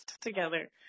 together